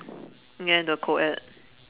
get into a co-ed